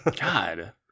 God